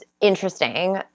Interesting